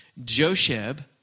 Josheb